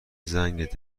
زنگ